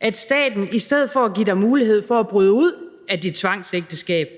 at staten i stedet for give dig mulighed for at bryde ud af dit tvangsægteskab